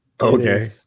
Okay